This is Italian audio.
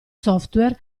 software